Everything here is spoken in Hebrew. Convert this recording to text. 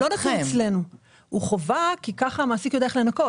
הוא חובה כי כך המעסיק יודע איך לנכות.